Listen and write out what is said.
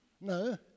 No